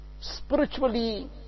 spiritually